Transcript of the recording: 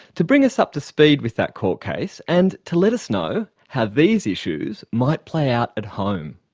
to bring us up to speed with that court case and to let us know how these issues might play out at home.